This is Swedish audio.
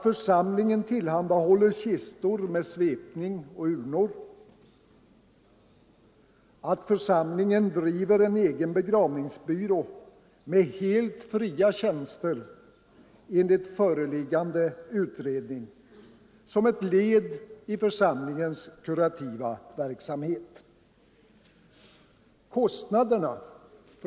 Församlingen driver en egen begravningsbyrå med helt fria tjänster enligt föreliggande utredning som ett led i sin kurativa verksamhet.